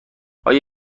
آیا